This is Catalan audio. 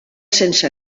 sense